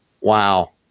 wow